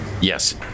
Yes